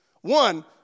One